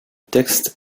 texte